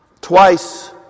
Twice